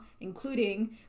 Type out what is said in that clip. including